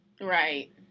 Right